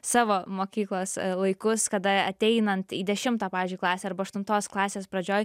savo mokyklos laikus kada ateinant į dešimtą pavyzdžiui klasę arba aštuntos klasės pradžioj